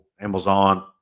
Amazon